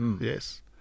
Yes